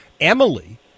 Emily